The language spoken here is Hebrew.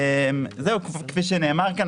כפי שנאמר כאן,